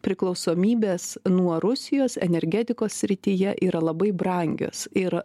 priklausomybės nuo rusijos energetikos srityje yra labai brangios ir